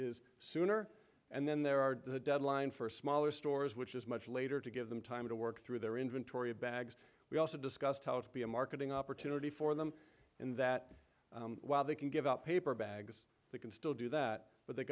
is sooner and then there are the deadline for smaller stores which is much later to give them time to work through their inventory of bags we also discussed how to be a marketing opportunity for them and that while they can give up paper bags they can still do that but they